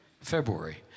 February